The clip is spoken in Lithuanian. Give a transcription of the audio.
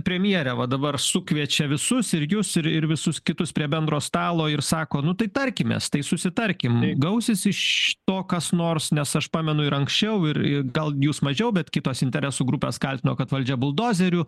premjerė va dabar sukviečia visus ir jus ir ir visus kitus prie bendro stalo ir sako nu tai tarkimės tai susitarkim gausis iš to kas nors nes aš pamenu ir anksčiau ir gal jus mažiau bet kitos interesų grupės kaltino kad valdžia buldozeriu